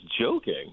joking